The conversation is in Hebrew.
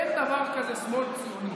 אין דבר כזה שמאל ציוני.